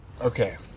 Okay